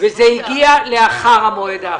וזה הגיע לאחריו.